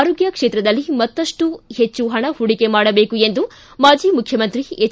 ಆರೋಗ್ಯ ಕ್ಷೇತ್ರದಲ್ಲಿ ಮತ್ತಷ್ಟು ಹೆಚ್ಚು ಪಣ ಹೂಡಿಕೆ ಮಾಡಬೇಕು ಎಂದು ಮಾಜಿ ಮುಖಮಂತ್ರಿ ಎಚ್